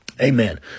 Amen